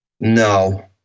No